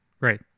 Right